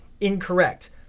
incorrect